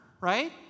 right